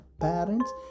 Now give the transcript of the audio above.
parents